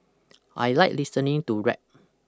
I like listening to rap